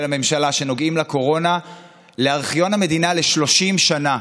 הממשלה שנוגעים לקורונה לארכיון המדינה ל-30 שנה.